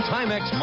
Timex